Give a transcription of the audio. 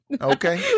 Okay